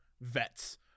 vets